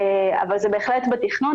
אבל זה בהחלט בתכנון.